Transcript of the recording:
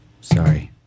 Sorry